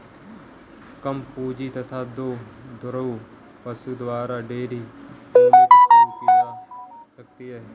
कम पूंजी तथा दो दुधारू पशु द्वारा डेयरी यूनिट शुरू की जा सकती है